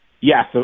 Yes